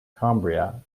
cumbria